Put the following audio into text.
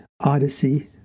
odyssey